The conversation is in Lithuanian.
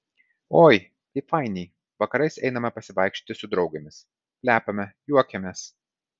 oi kaip fainiai vakarais einame pasivaikščioti su draugėmis plepame juokiamės